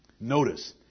Notice